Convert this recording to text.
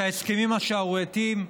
את ההסכמים השערורייתיים,